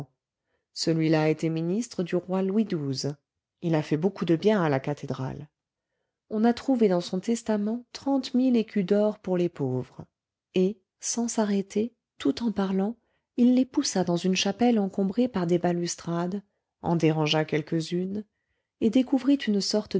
celui-là était ministre du roi louis xii il a fait beaucoup de bien à la cathédrale on a trouvé dans son testament trente mille écus d'or pour les pauvres et sans s'arrêter tout en parlant il les poussa dans une chapelle encombrée par des balustrades en dérangea quelques-unes et découvrit une sorte